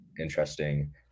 interesting